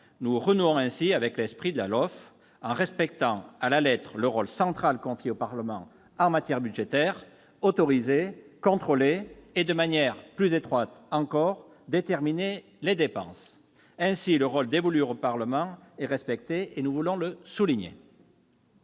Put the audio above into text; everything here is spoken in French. Nous renouons avec l'esprit de la LOLF, en respectant à la lettre le rôle central confié au Parlement en matière budgétaire : autoriser, contrôler et, de manière plus étroite encore, déterminer les dépenses. Ainsi, le rôle dévolu au Parlement est respecté, ce que nous tenons à souligner.